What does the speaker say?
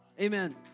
amen